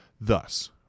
Thus